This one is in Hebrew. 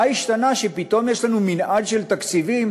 מה השתנה שפתאום יש לנו מנעד של תקציבים,